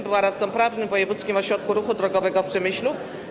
Była radcą prawnym w Wojewódzkim Ośrodku Ruchu Drogowego w Przemyślu.